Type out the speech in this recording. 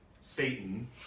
Satan